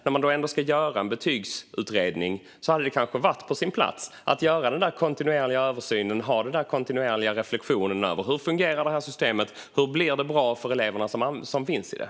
När man ändå ska göra en betygsutredning hade det kanske varit på sin plats att göra den kontinuerliga översynen och ha den kontinuerliga reflektionen: Hur fungerar systemet? Hur blir det bra för eleverna som finns i det?